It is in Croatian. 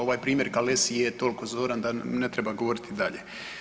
Ovaj primjer Kalesi je toliko zoran da ne treba govoriti dalje.